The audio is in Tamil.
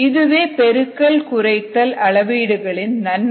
இதுவே பெருக்கல் குறைத்தல் அளவீடுகளின் நன்மை